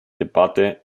debatte